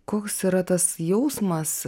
koks yra tas jausmas